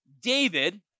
David